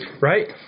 right